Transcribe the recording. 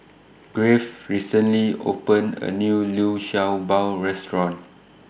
Graves recently opened A New Liu Sha Bao Restaurant